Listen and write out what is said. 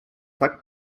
tak